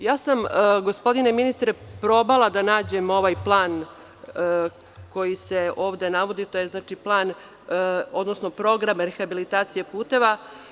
Probala sam, gospodine ministre, da nađem ovaj plan koji se ovde navodi, a to je plan, odnosno program rehabilitacije puteva.